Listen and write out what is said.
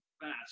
fast